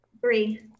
Three